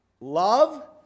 Love